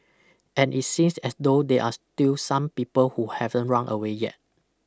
and it seems as though there are still some people who haven't run away yet